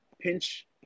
pinch